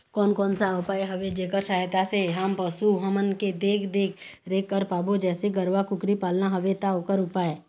कोन कौन सा उपाय हवे जेकर सहायता से हम पशु हमन के देख देख रेख कर पाबो जैसे गरवा कुकरी पालना हवे ता ओकर उपाय?